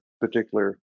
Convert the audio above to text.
particular